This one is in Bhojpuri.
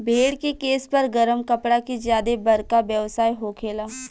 भेड़ के केश पर गरम कपड़ा के ज्यादे बरका व्यवसाय होखेला